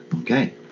Okay